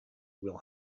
will